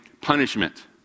punishment